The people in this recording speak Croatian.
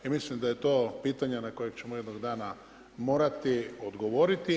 I mislim da je to pitanje na koje ćemo jednog dana morati odgovoriti.